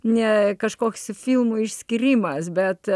ne kažkoks filmų išskyrimas bet